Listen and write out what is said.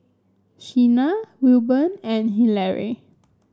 Shena Wilburn and Hillery